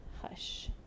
Hush